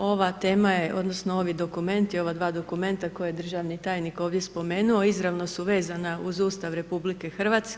Ova tema je, odnosno ovi dokumenti, ova dva dokumenta koja državni tajnik ovdje spomenuo izravno su vezana uz Ustav RH.